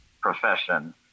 profession